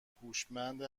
هوشمند